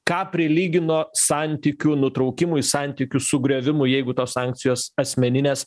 ką prilygino santykių nutraukimui santykių sugriovimui jeigu tos sankcijos asmeninės